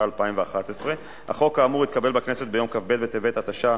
התשע"א 2011. החוק האמור התקבל בכנסת ביום כ"ב בטבת התשע"א,